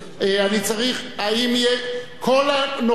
כל הנוכחים,